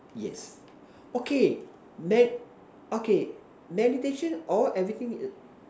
yes okay med okay meditation all everything